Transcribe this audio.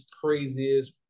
craziest